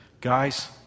Guys